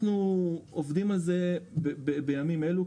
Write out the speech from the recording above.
אנחנו עובדים על זה בימים אלו,